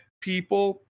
people